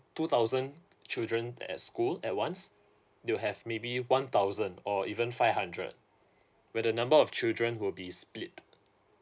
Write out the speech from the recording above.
two thousand children at school at once you'll have maybe one thousand or even five hundred where the number of children will be split